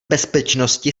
bezpečnosti